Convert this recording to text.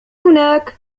هناك